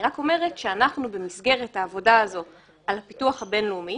אני רק אומרת שבמסגרת העבודה הזו על הפיתוח הבין-לאומי